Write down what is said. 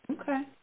Okay